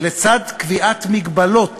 לצד קביעת מגבלות